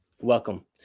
Welcome